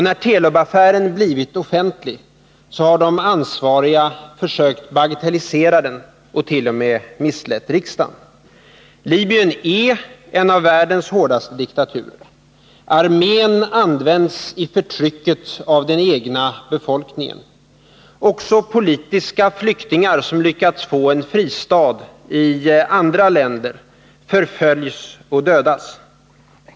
När Telub-affären blivit offentlig har de ansvariga försökt bagatellisera den och t.o.m. misslett riksdagen. Libyen är en av världens hårdaste diktaturer. Armén används i förtrycket av den egna befolkningen. Också politiska flyktingar som lyckats få en fristad i andra länder förföljs och dödas.